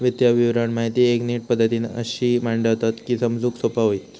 वित्तीय विवरण माहिती एक नीट पद्धतीन अशी मांडतत की समजूक सोपा होईत